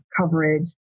coverage